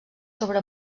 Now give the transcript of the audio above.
sobre